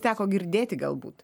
teko girdėti galbūt